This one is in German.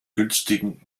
günstigen